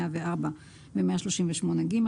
104 ו-138(ג),